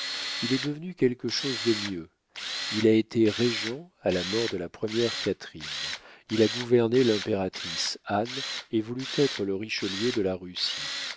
il est devenu quelque chose de mieux il a été régent à la mort de la première catherine il a gouverné l'impératrice anne et voulut être le richelieu de la russie